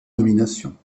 nominations